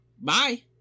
Bye